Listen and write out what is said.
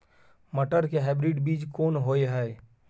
मटर के हाइब्रिड बीज कोन होय है?